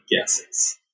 guesses